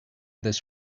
this